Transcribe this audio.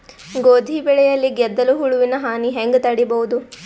ಗೋಧಿ ಬೆಳೆಯಲ್ಲಿ ಗೆದ್ದಲು ಹುಳುವಿನ ಹಾನಿ ಹೆಂಗ ತಡೆಬಹುದು?